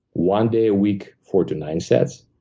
one day a week, four to nine sets.